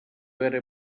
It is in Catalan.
era